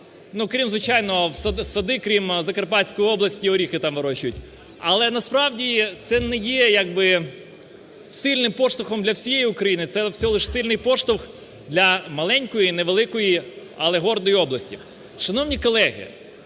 крім, звичайно, садів, крім Закарпатської області, горіхи там вирощують. Але, насправді, це не є як би сильним поштовхом для всієї України, це всього лише сильний поштовх для маленької, невеликої, але гордої області. Шановні колеги,